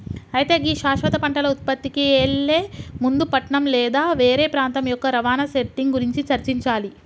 అయితే గీ శాశ్వత పంటల ఉత్పత్తికి ఎళ్లే ముందు పట్నం లేదా వేరే ప్రాంతం యొక్క రవాణా సెట్టింగ్ గురించి చర్చించాలి